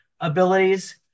abilities